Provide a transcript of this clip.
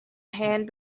hand